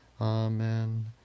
Amen